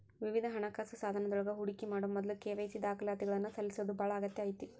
ವಿವಿಧ ಹಣಕಾಸ ಸಾಧನಗಳೊಳಗ ಹೂಡಿಕಿ ಮಾಡೊ ಮೊದ್ಲ ಕೆ.ವಾಯ್.ಸಿ ದಾಖಲಾತಿಗಳನ್ನ ಸಲ್ಲಿಸೋದ ಬಾಳ ಅಗತ್ಯ ಐತಿ